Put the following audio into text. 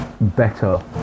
better